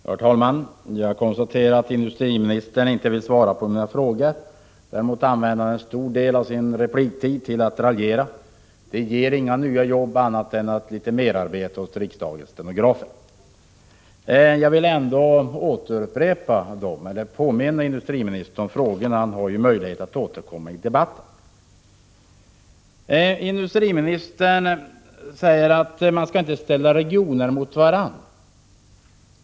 Herr talman! Jag konstaterar att industriministern inte vill svara på mina frågor. Däremot använde han en stor del av sin repliktid till att raljera — det ger inga nya jobb, bara litet merarbete åt riksdagens stenografer. Jag vill påminna industriministern om mina frågor — han har ju möjlighet att återkomma i debatten. Industriministern säger att man inte skall ställa regioner mot varandra.